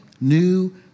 new